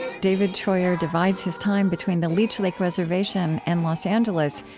david treuer divides his time between the leech lake reservation and los angeles,